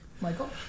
Michael